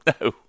No